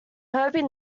hoping